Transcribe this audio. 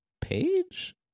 page